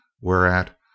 Whereat